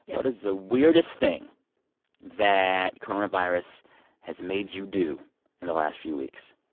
what is the weirdest thing that coronavirus has made you do in the last few weeks?